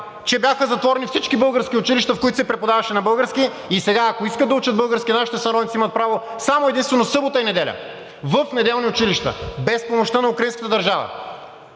че бяха затворени всички български училища, в които се преподаваше на български, и сега, ако искат да учат български, нашите сънародници имат право само и единствено в събота и неделя в неделни училища – без помощта на украинската държава.